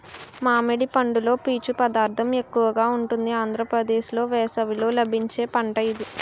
మామిడి పండులో పీచు పదార్థం ఎక్కువగా ఉంటుంది ఆంధ్రప్రదేశ్లో వేసవిలో లభించే పంట ఇది